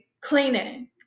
cleaning